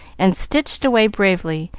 and stitched away bravely,